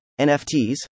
NFTs